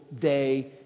day